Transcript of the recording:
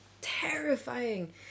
terrifying